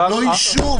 לא ישוב.